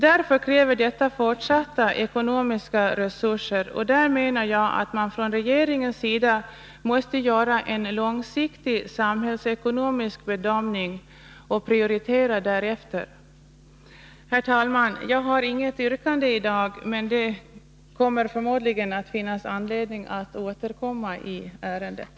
Därför krävs fortsatta ekonomiska resurser, och där menar jag att regeringen måste göra en långsiktig samhällsekonomisk bedömning och prioritera därefter. Herr talman! Jag har inget yrkande i dag, men det kommer förmodligen att finnas anledning att återkomma i ärendet.